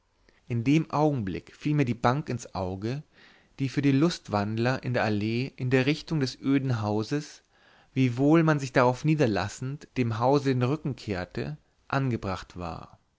in dem augenblick fiel mir die bank ins auge die für die lustwandler in der allee in der richtung des öden hauses wiewohl man sich darauf niederlassend dem hause den rücken kehrte angebracht war